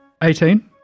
18